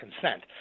consent